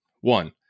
One